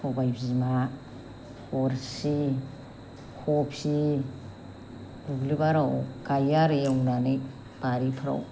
सबाइ बिमा गरसि खफि दुब्लि बारियाव गायो आरो एवनानै बारिफ्राव